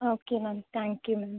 okay ma'am thank you ma'am